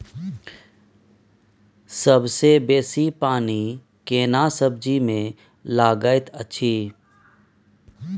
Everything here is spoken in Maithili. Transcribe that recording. सबसे बेसी पानी केना सब्जी मे लागैत अछि?